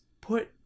put